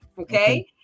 okay